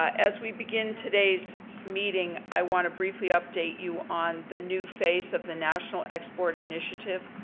as we begin today's meeting, i want to briefly update you on the new face of the national export initiative,